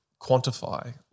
quantify